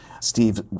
Steve